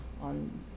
on